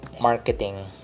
marketing